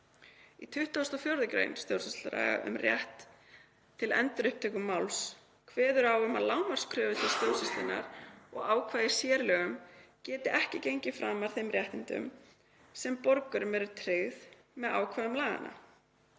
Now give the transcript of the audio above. Í 24. gr. stjórnsýslulaga um rétt til endurupptöku máls sé kveðið á um að lágmarkskröfur til stjórnsýslunnar og ákvæði í sérlögum geti ekki gengið framar þeim réttindum sem borgurum eru tryggð með ákvæðum laganna.